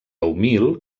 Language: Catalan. humil